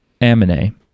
amine